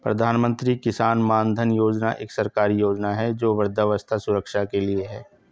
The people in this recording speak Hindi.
प्रधानमंत्री किसान मानधन योजना एक सरकारी योजना है जो वृद्धावस्था सुरक्षा के लिए है